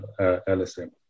LSM